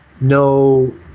no